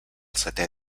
setè